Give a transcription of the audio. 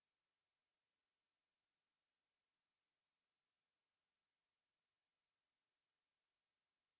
um